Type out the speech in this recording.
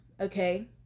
okay